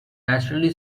naturally